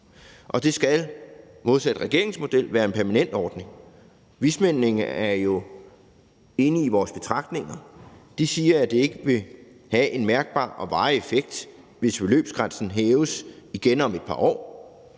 Det skal modsat regeringens model være en permanent ordning. Vismændene er jo enige i vores betragtninger. De siger, at det ikke vil have en mærkbar og varig effekt, hvis beløbsgrænsen hæves igen om et par år.